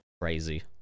Crazy